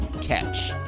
catch